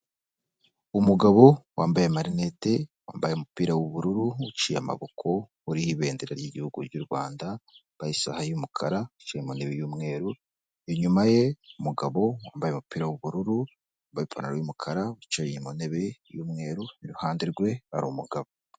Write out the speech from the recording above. Umugabo wambaye amarinete wambaye umupira w'ubururu uciye amaboko uriho ibendera ry'igihugu ry'u rwanda wambaye isaha y'umukara wicaye muntebe y'umweru inyuma ye umugabo wambaye umupira wubururu wambaye ipantaro yumukara wicaye mu ntebe y'umweru iruhande rwe hari umugabo.